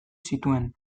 zituen